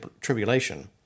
tribulation